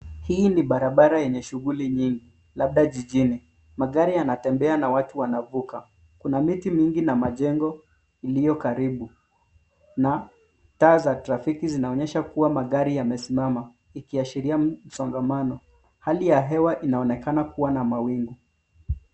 Hii ni barabara yenye shughuli nyingi labda jijini. Magari yanatembea na watu wanavuka. Kuna miti mingi na majengo iliyo karibu na taa za trafiki zinaonyesha kuwa magari yamesimama ikiashiria msongamano. Hali ya hewa inaonekana kuwa na mawingu.